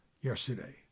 yesterday